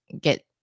get